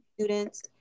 students